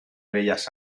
bellas